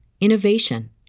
innovation